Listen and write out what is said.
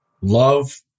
Love